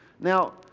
Now